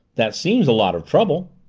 that seems a lot of trouble.